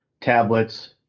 tablets